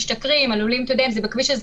משתכרים ועלולים אם זה בכביש אז,